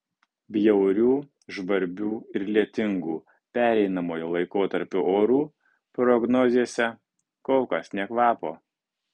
bjaurių žvarbių ir lietingų pereinamojo laikotarpio orų prognozėse kol kas nė kvapo